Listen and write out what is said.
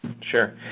Sure